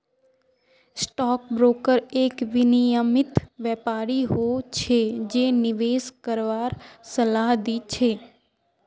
stock broker एक विनियमित व्यापारी हो छै जे निवेश करवार सलाह दी छै